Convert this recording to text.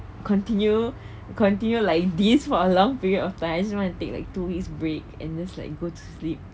continue continue like this for a long period of time I just want to like two weeks break and just like go to sleep